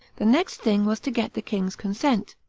the next thing was to get the king's consent.